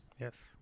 yes